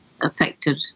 affected